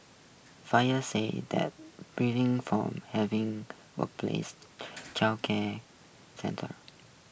fire said that from having workplace childcare centres